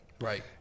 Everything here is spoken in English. Right